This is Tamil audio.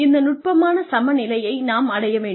இந்த நுட்பமான சம நிலையை நாம் அடைய வேண்டும்